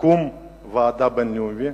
שתקום ועדה בין-לאומית.